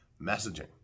messaging